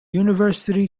university